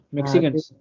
Mexicans